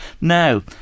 Now